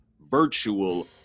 virtual